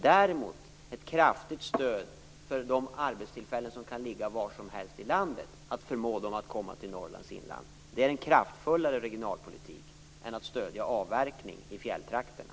Däremot är ett kraftigt stöd för de arbetstillfällen som kan ligga var som helst i landet, för att förmå företagen att komma till Norrlands inland, en kraftfullare regionalpolitik än att stödja avverkning i fjälltrakterna.